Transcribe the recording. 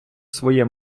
своє